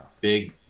big